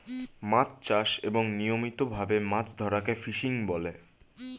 মাছ চাষ এবং নিয়মিত ভাবে মাছ ধরাকে ফিশিং বলে